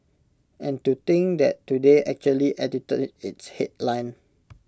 and to think that today actually edited its headline